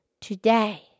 today